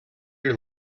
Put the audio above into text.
your